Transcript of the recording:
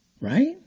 right